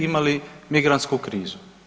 Imali migrantsku krizu.